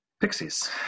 Pixies